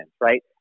right